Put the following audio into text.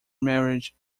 marriage